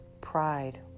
Pride